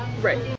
right